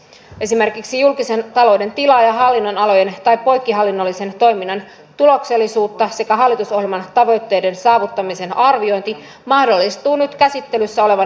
esimerkiksi julkisen talouden tilan ja hallinnonalojen tai poikkihallinnollisen toiminnan tuloksellisuuden sekä hallitusohjelman tavoitteiden saavuttamisen arviointi mahdollistuu nyt käsittelyssä olevan kertomuksen myötä